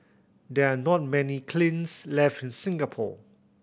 there are not many kilns left in Singapore